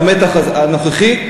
במתח הנוכחי,